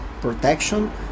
protection